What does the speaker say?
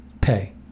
pay